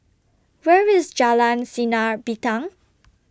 Where IS Jalan Sinar Bintang